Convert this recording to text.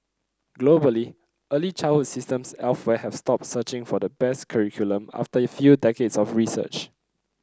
globally early childhood systems elsewhere have stopped searching for the best curriculum after a few decades of research